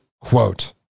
quote